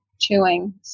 chewing